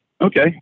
Okay